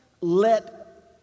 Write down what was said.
let